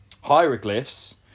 hieroglyphs